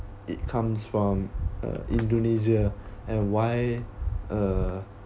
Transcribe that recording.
it comes from uh indonesia and why uh